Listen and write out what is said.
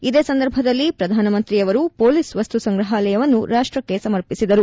ಇದೇ ಸಂದರ್ಭದಲ್ಲಿ ಪ್ರಧಾನಮಂತ್ರಿಯವರು ಪೊಲೀಸ್ ವಸ್ತು ಸಂಗ್ರಹಾಲಯವನ್ನೂ ರಾಷ್ಟಕ್ಕೆ ಸಮರ್ಪಿಸಿದರು